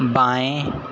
बाएं